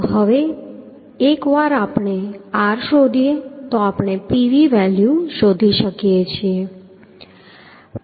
તો હવે એક વાર આપણે r શોધીએ તો આપણે Pv વેલ્યુ શોધી શકીએ છીએ